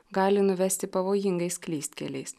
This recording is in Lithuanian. gali nuvesti pavojingais klystkeliais